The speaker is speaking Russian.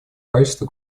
качестве